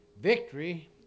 Victory